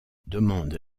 demande